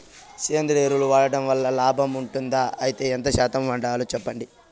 సేంద్రియ ఎరువులు వాడడం వల్ల లాభం ఉంటుందా? అయితే ఎంత శాతం వాడాలో చెప్పండి?